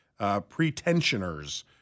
pretensioners